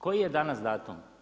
Koji je danas datum?